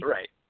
Right